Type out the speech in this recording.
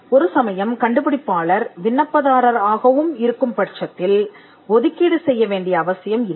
ஒரு சமயம் கண்டுபிடிப்பாளர் விண்ணப்பதாரர் ஆகவும் இருக்கும் பட்சத்தில் ஒதுக்கீடு செய்ய வேண்டிய அவசியம் இல்லை